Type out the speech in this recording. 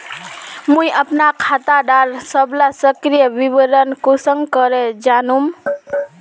मुई अपना खाता डार सबला सक्रिय विवरण कुंसम करे जानुम?